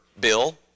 bill